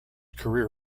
career